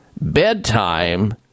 bedtime